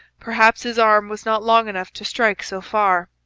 perhaps his arm was not long enough to strike so far.